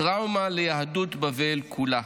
טראומה ליהדות בבל כולה.